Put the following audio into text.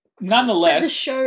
Nonetheless